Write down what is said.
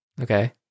Okay